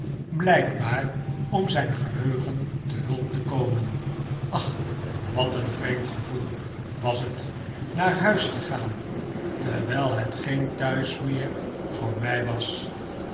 blijkbaar om zijn gehetigen te hulp te komen ach wat een vreemd gevoel was het naar huis te gaan terwijl het geen thuis meer voor mij was